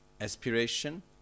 Aspiration